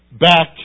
back